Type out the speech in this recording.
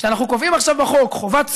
כשאנחנו קובעים עכשיו בחוק חובת סימון,